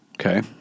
Okay